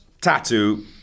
tattoo